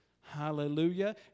Hallelujah